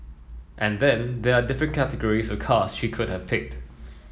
and then there are the different categories of cars she could have picked